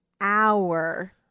hour